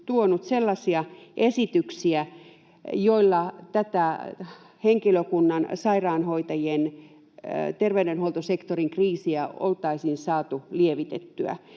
tuonut sellaisia esityksiä, joilla tätä henkilökunnan, sairaanhoitajien, terveydenhuoltosektorin kriisiä oltaisiin saatu lievitettyä: